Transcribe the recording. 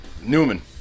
Newman